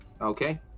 okay